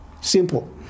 Simple